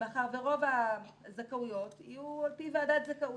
מאחר ורוב הזכאויות יהיו על פי ועדת זכאות,